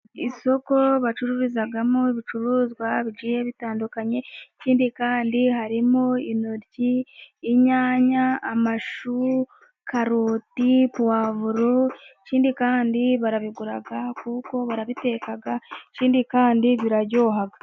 Isoko bacururizamo ibicuruzwa bitandukanye, ikindi kandi harimo intoryi, inyanya, amashu, karoti, puwavuro, ikindi kandi barabigura, kuko barabiteka, ikindi kandi biraryoha.